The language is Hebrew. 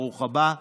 ברוך הבא.